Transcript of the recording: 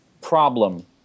problem